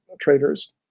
traders